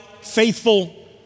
faithful